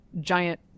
giant